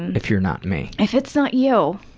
and if you're not me. if it's not you.